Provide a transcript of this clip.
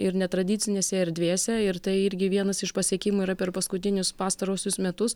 ir netradicinėse erdvėse ir tai irgi vienas iš pasiekimų yra per paskutinius pastaruosius metus